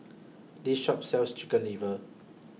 This Shop sells Chicken Liver